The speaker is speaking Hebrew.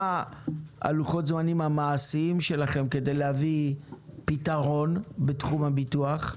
מה הם לוחות הזמנים המעשיים שלכם כדי להביא פתרון בתחום הביטוח?